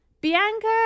Bianca